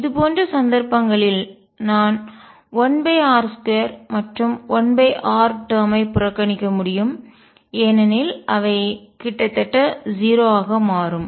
இதுபோன்ற சந்தர்ப்பங்களில் நான் 1r2 மற்றும் 1r டேர்ம் ஐ புறக்கணிக்க முடியும் ஏனெனில் அவை கிட்டத்தட்ட 0 ஆக மாறும்